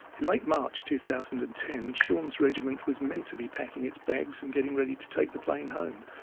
in late march two thousand and ten, shaun's regiment was meant to be packing its bags and getting ready to take the plane home.